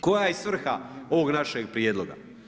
Koja je svrha ovog našeg prijedloga?